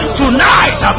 tonight